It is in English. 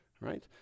Right